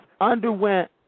underwent